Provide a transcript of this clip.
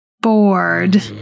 bored